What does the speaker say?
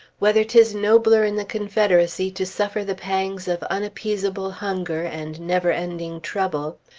whether tis nobler in the confederacy to suffer the pangs of unappeasable hunger and never-ending trouble,